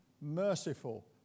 merciful